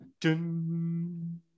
dun